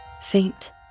faint